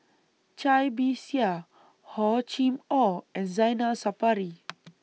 Cai Bixia Hor Chim Or and Zainal Sapari